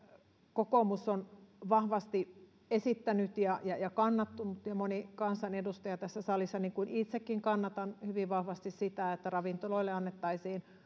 kokoomus on vahvasti esittänyt ja ja kannattanut ja moni kansanedustaja tässä salissa on kannattanut niin kuin itsekin kannatan hyvin vahvasti sitä että ravintoloille annettaisiin